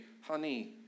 honey